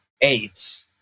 eight